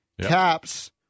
Caps